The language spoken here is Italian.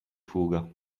fuga